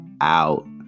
out